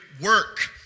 work